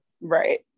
Right